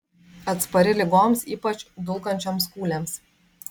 atspari ligoms ypač dulkančioms kūlėms